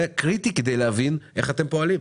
זה קריטי כדי להבין איך אתם פועלים.